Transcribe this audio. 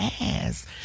ass